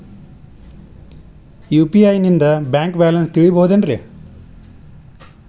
UPI ನಿಂದ bank balance ತಿಳಿಬಹುದೇನ್ರಿ?